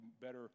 better